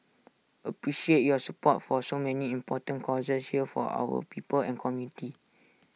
appreciate your support for so many important causes here for our people and community